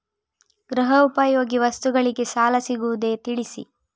ಗೃಹ ಉಪಯೋಗಿ ವಸ್ತುಗಳಿಗೆ ಸಾಲ ಸಿಗುವುದೇ ತಿಳಿಸಿ?